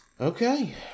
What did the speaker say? Okay